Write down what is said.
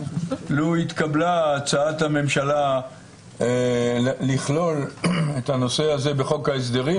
לו התקבלה הצעת הממשלה לכלול את הנושא הזה בחוק ההסדרים,